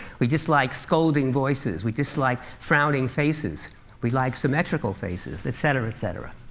we dislike scolding voices. we dislike frowning faces we like symmetrical faces, etc, etc.